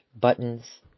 buttons